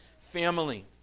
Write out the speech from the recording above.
family